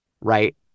right